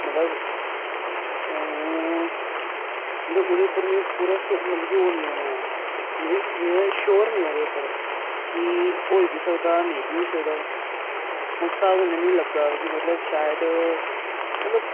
मतलब मतलब ओह्दे उप्पर में पूरा मतलब कि ओह् निं ऐ में मतलब कि में श्योर निं ऐ ओह्दे उप्पर कि होई बी सकदा नेईं बी होई सकदा उस स्हाब कन्नै मिगी लग्गा दा कि मतलब शायद मतलब